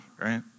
right